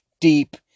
deep